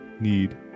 Need